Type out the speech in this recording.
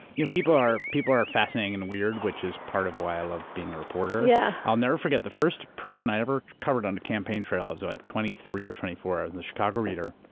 you know people are people are fascinating and weird which is part of why i love being a reporter. yeah i'll never forget the first person i ever covered on a campaign trail, i was like twenty three or twenty four, i was in the chicago reader,